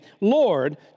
Lord